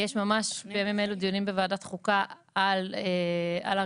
יש ממש בימים אלו דיונים בוועדת חוקה על הריביות.